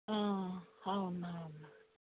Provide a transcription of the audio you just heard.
అవునా అమ్మ